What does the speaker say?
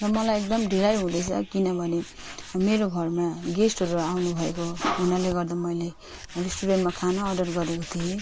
र मलाई एकदम ढिलाइ हुँदैछ किनभने मेरो घरमा गेस्टहरू आउनुभएको हुनाले गर्दा मैले रेस्ट्रुरेन्टमा खाना अर्डर गरेको थिएँ